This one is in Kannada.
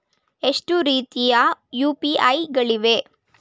ಎಷ್ಟು ರೀತಿಯ ಯು.ಪಿ.ಐ ಗಳಿವೆ?